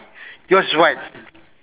yours is white